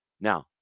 Now